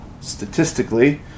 statistically